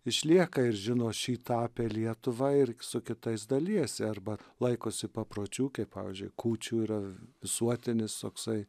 išlieka ir žino šį tą apie lietuvą ir su kitais dalijasi arba laikosi papročių kaip pavyzdžiui kūčių yra visuotinis toksai